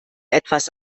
etwas